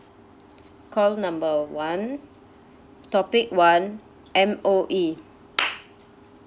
call number one topic one M_O_E